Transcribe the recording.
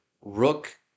Rook